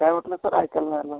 काय म्हटलं सर ऐकायला नाही आलं